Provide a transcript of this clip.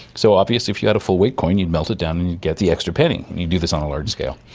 so obviously if you had a full weight coin you'd melt it down and you'd get the extra penny, and you do this on a large scale.